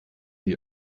die